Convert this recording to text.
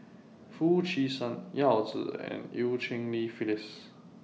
Foo Chee San Yao Zi and EU Cheng Li Phyllis